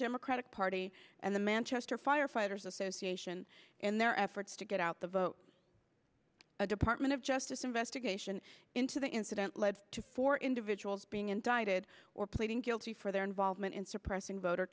democratic party and the manchester firefighters association in their efforts to get out the vote a department of justice investigation into the incident led to four individuals being indicted or pleading guilty for their involvement in suppressing voter